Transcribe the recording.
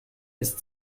ist